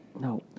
No